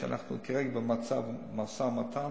שאנחנו כרגע במצב משא-ומתן,